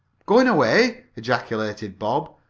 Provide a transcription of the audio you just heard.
going away! ejaculated bob,